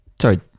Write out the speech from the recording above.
Sorry